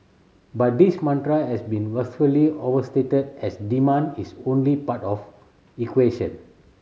but this mantra has been vastly overstated as demand is only part of equation